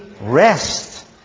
rest